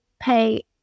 pay